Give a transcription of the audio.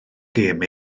gêm